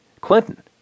Clinton